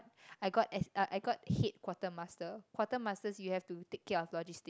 I got ass~ uh I got head quartermaster quartermasters you have to take care of logistics